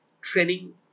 training